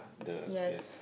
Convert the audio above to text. yes